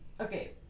Okay